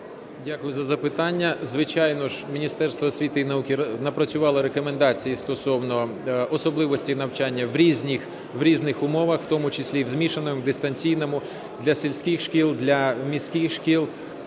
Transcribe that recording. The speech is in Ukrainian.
Дякую за запитання. Звичайно ж, Міністерство освіти і науки напрацювало рекомендації стосовно особливості навчання в різних умовах, в тому числі і в змішаному, дистанційному для сільських шкіл, для міських шкіл.